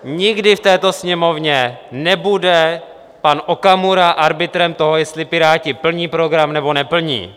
Nikdy v této Sněmovně nebude pan Okamura arbitrem toho, jestli Piráti plní program, nebo neplní.